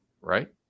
right